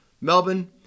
Melbourne